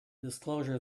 disclosure